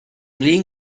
flin